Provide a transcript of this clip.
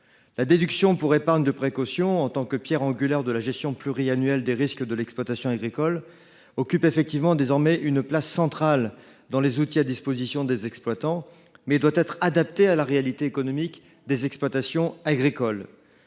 La déduction pour épargne de précaution, en tant que pierre angulaire de la gestion pluriannuelle des risques de l’exploitation agricole, occupe désormais une place centrale dans les outils à disposition des exploitants, mais doit être adaptée à la réalité économique des exploitations agricoles.